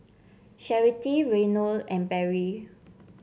Charity Reynold and Barry